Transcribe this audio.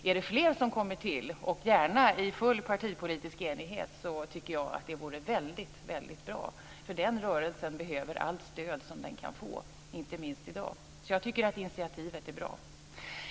Är det fler som kommer till, gärna i full partipolitisk enighet, tycker jag att det vore väldigt bra. Den rörelsen behöver allt stöd som den kan få, inte minst i dag. Jag tycker att initiativet är bra.